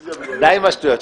קוורום ואז נחדש אותה.